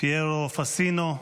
פיירו פאסינו,